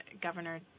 Governor